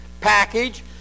package